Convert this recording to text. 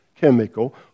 chemical